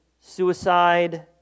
suicide